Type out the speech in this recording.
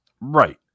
Right